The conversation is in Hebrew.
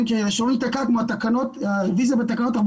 שזה לא ייתקע כמו הרביזיה בתקנות תחבורה